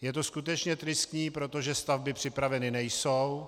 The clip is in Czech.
Je to skutečně tristní, protože stavby připraveny nejsou.